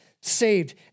saved